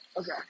Okay